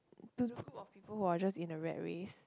to the group of people who are just in a rat race